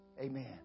Amen